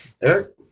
Eric